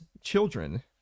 children